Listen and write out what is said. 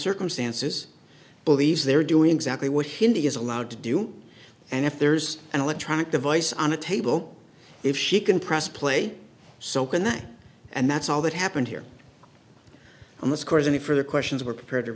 circumstances believes they're doing exactly what hindi is allowed to do and if there's an electronic device on a table if she can press play so can i and that's all that happened here on this course any further questions we're prepared to